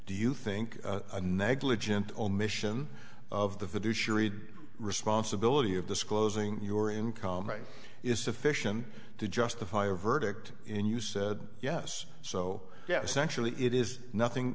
do you think a negligent omission of the responsibility of disclosing your income is sufficient to justify a verdict in you said yes so yes actually it is nothing